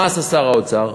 מה עשה שר האוצר?